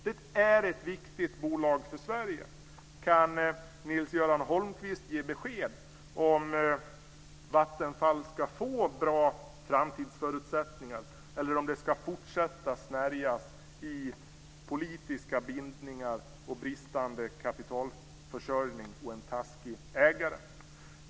Det är ett viktigt bolag för Sverige. Kan Nils-Göran Holmqvist ge besked om Vattenfall ska få bra framtidsförutsättningar eller om det ska fortsätta snärjas i politiska bindningar, bristande kapitalförsörjning och en taskig ägare?